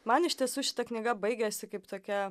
man iš tiesų šita knyga baigiasi kaip tokia